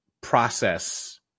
process